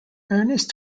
ernest